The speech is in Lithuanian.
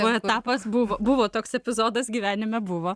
oi etapas buvo buvo toks epizodas gyvenime buvo